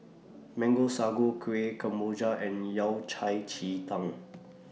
Mango Sago Kuih Kemboja and Yao Cai Ji Tang